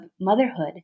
motherhood